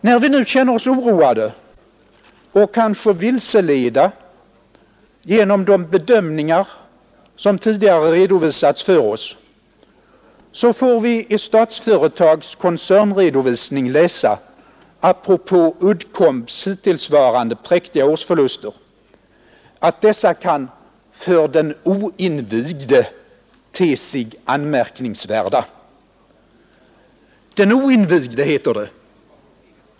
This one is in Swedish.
När vi känner oss oroade och kanske vilseledda genom de bedömningar som tidigare redovisats för oss får vi i Statsföretags koncernredovisning läsa, apropå Uddcombs hittillsvarande präktiga årsförluster, att dessa kan ”för den oinvigde te sig anmärkningsvärda”. ”Den oinvigde” heter det!